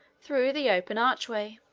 through the open arch-way.